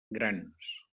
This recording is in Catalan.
grans